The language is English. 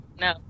No